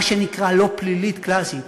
מה שנקרא לא פלילית קלסית,